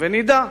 ונדע.